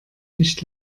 nicht